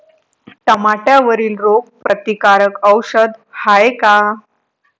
टमाट्यावरील रोग प्रतीकारक औषध हाये का?